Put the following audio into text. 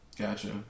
Gotcha